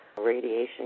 Radiation